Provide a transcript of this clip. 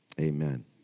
amen